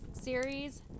series